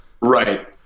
right